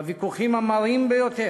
בוויכוחים המרים ביותר,